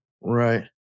Right